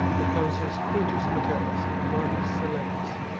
the consuls quintus metellus and marcus silanus,